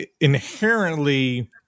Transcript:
inherently